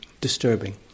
disturbing